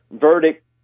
verdict